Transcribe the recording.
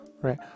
Right